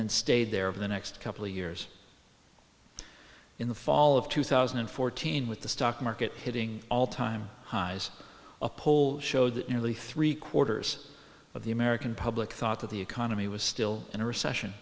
then stayed there for the next couple of years in the fall of two thousand and fourteen with the stock market hitting all time highs a poll showed that nearly three quarters of the american public thought that the economy was still in a recession